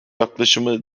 yaklaşımı